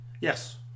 Yes